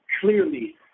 clearly